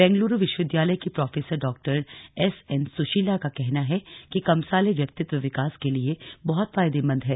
बेंगलुरू विश्वविद्यालय की प्रोफेसर डॉ एस एन सुशीला का कहना है कि कमसाले व्यक्तित्व विकास के लिए बहुत फायदेमंद है